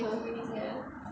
(uh huh)